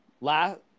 last